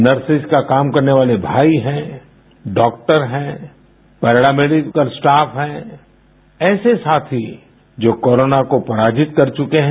nurses का काम करने वाले भाई हैं डॉक्टर हैं पैरा मेडिकल स्टाफ हैं ऐसे साथी जो कोरोना को पराजित कर चुके हैं